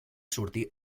sortir